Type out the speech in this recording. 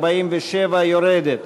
47 יורדת.